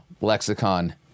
lexicon